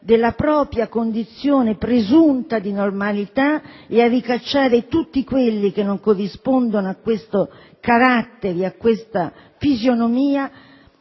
della propria condizione di presunta normalità e a ricacciare tutti coloro che non corrispondono a questo carattere, a questa fisionomia,